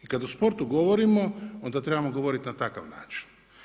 I kada o sportu govorimo onda trebamo govoriti na takav način.